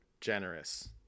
generous